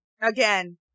Again